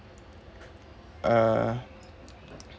uh